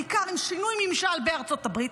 בעיקר עם שינוי ממשל בארצות הברית,